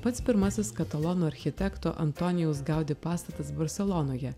pats pirmasis katalonų architekto antonijaus gaudi pastatas barselonoje